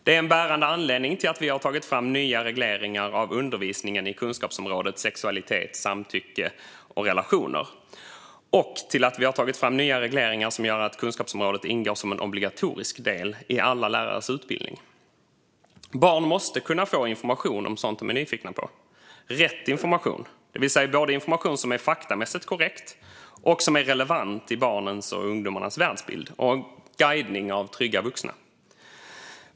Det är en bärande anledning till att vi har tagit fram nya regleringar av undervisningen i kunskapsområdet sexualitet, samtycke och relationer och att kunskapsområdet ingår som en obligatorisk del i alla lärares utbildning. Barn måste kunna få information om sådant som de är nyfikna på, rätt information, det vill säga information som både är faktamässigt korrekt och relevant för barnens och ungdomarnas världsbild, och en guidning av trygga vuxna.